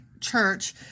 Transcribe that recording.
Church